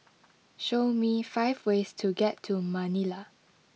show me five ways to get to Manila